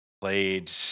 played